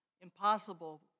impossible